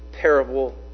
parable